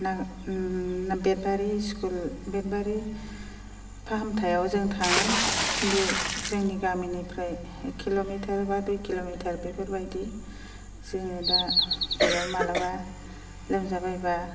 उम बेथबारि स्कुल बेथबारि फाहामथायाव जों थाङो बे जोंनि गामिनिफ्राय एक किल'मिटर एबा दुइ किल'मिटार बेफोरबायदि जोङो दा बेयाव माब्लाबा लोमजाबायब्ला